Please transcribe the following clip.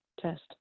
test